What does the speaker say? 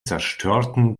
zerstörten